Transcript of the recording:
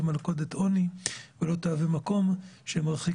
מלכודת עוני ולא תהווה מקום שמרחיק